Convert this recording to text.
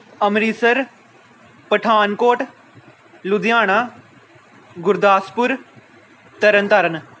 Amritsar Pathankot Ludhiana Gurdaspur Tarn Taran